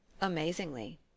Amazingly